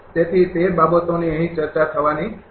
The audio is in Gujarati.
તેથી તે બાબતોની અહીં ચર્ચા થવાની નથી